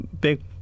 big